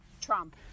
Trump